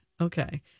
Okay